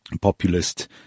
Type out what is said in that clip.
populist